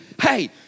hey